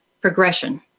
progression